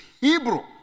Hebrew